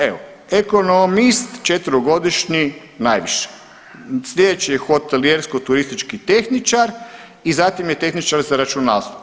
Evo, ekonomist četverogodišnji najviše, slijedeći je hotelijersko-turistički tehničar i zatim je tehničar za računalstvo.